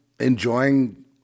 enjoying